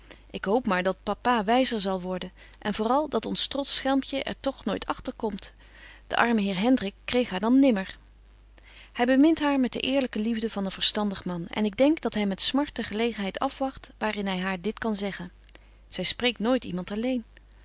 ik hoop maar dat papa wyzer zal worden en vooräl dat ons trosch schelmtje er toch nooit agter komt de arme heer hendrik kreeg haar dan nimmer hy bemint haar met de eerlyke liefde van een verstandig man en ik denk dat hy met smart de gelegenheid afwagt waar in hy haar dit kan zeggen zy spreekt nooit iemand alleen